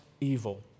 evil